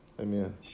Amen